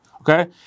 okay